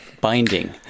binding